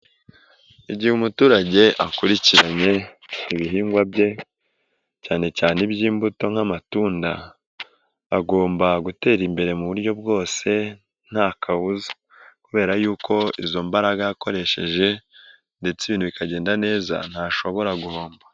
Igihe umuturage akurikiranye ibihingwa bye cyane cyane by'imbuto nk'amatunda agomba gutera imbere mu buryo bwose nta kabuza, kubera y'uko izo mbaraga yakoresheje ndetse ibintu bikagenda neza ntashobora guhomba.